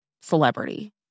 celebrity